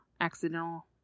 accidental